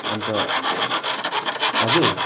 अन्त हजुर